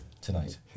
tonight